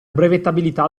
brevettabilità